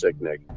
Sicknick